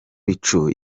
bicu